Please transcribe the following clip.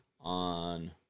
on